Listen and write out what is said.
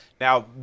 Now